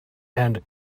and